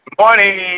morning